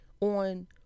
on